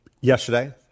yesterday